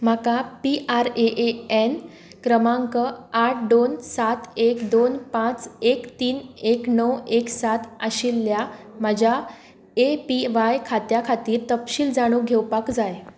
म्हाका P R A A N क्रमांक आठ दोन सात एक दोन पांच एक तीन एक णव एक सात आशिल्ल्या म्हज्या ए पी व्हाय खात्या खातीर तपशील जाणून घेवपाक जाय